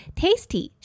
tasty